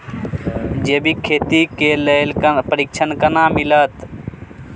जैविक खेती के लेल प्रशिक्षण केना मिलत?